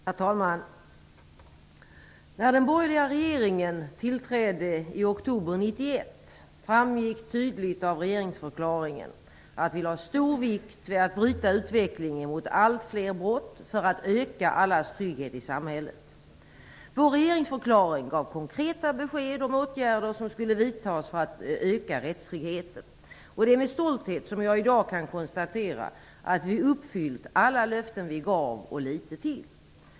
Herr talman! När den borgerliga regeringen tillträdde i oktober 1991 framgick det tydligt av regeringsförklaringen att vi lade stor vikt vid att bryta utvecklingen mot allt fler brott för att öka allas trygghet i samhället. Vår regeringsförklaring gav konkreta besked om åtgärder som skulle vidtas för att öka rättstryggheten. Det är med stolthet som jag i dag kan konstatera att vi uppfyllt alla löften vi gav och litet till.